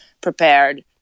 prepared